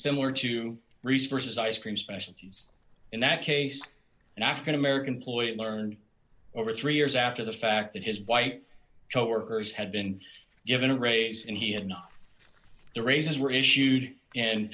similar to resources ice cream specialties in that case and african american ploy it learned over three years after the fact that his white coworkers had been given a raise and he had not the raises were issued and